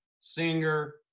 singer